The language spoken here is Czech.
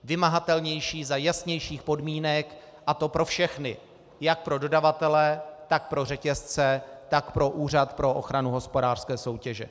Vymahatelnější za jasnějších podmínek, a to pro všechny jak pro dodavatele, tak pro řetězce, tak pro Úřad pro ochranu hospodářské soutěže.